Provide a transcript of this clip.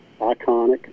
iconic